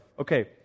Okay